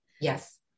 Yes